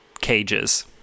cages